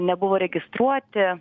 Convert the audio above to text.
nebuvo registruoti